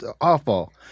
awful